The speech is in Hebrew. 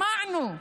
שמענו,